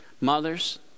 Mothers